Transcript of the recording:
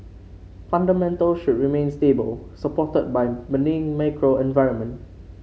fundamentals should remain stable supported by macro environment